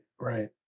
right